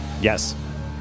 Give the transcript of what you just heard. Yes